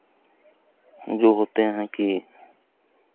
जो होते हैं कि